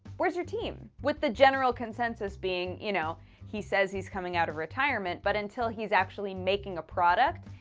where's your team? with the general consensus being, you know he says he's coming out of retirement, but until he's actually making a product.